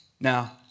Now